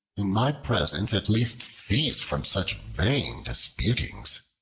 in my presence at least cease from such vain disputings.